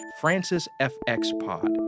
francisfxpod